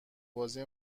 بازی